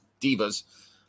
divas